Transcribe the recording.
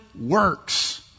works